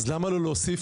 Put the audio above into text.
אז למה לא להוסיף,